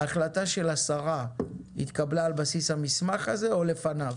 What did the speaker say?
ההחלטה של השרה התקבלה על בסיס המסמך הזה או לפניו?